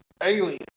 alien